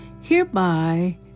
Hereby